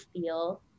feel